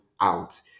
out